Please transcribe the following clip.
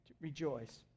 Rejoice